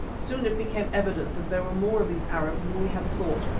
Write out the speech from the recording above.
soon it became evident that there were more of these arabs than we had thought,